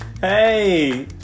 Hey